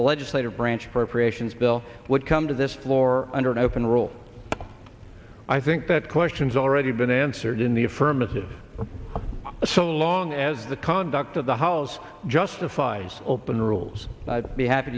the legislative branch appropriations bill would come to this floor under an open rule i think that question's already been answered in the affirmative so long as the conduct of the house justifies open rules i'd be happy